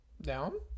down